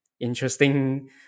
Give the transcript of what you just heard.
interesting